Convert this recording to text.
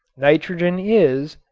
nitrogen is,